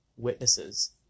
witnesses